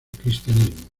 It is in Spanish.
cristianismo